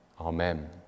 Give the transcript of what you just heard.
Amen